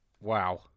Wow